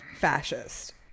fascist